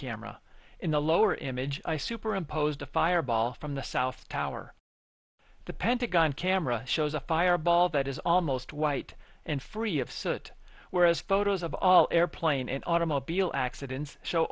camera in the lower image superimposed a fireball from the south tower the pentagon camera shows a fireball that is almost white and free of sirte whereas photos of all airplane in automobile accidents show